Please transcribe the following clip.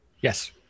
Yes